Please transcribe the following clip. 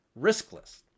riskless